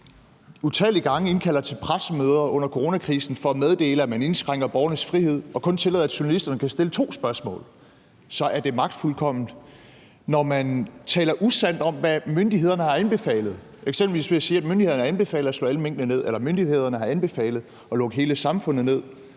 utallige gange indkalder til pressemøder under coronakrisen for at meddele, at man indskrænker borgernes frihed, og kun tillader, at journalisterne kan stille to spørgsmål, så er det magtfuldkomment. Når man taler usandt om, hvad myndighederne har anbefalet, eksempelvis ved at sige, at myndighederne anbefaler at slå alle minkene ned, eller at myndighederne har anbefalet at lukke hele samfundet ned,